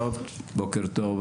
בוקר טוב.